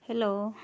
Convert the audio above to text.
hello